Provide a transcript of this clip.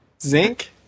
Zinc